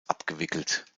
abgewickelt